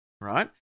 right